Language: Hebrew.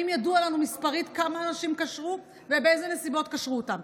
אם ידוע לנו מספרית כמה אנשים קשרו ובאילו נסיבות קשרו אותם.